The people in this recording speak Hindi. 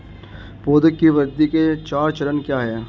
पौधे की वृद्धि के चार चरण क्या हैं?